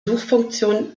suchfunktion